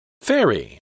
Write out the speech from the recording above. Fairy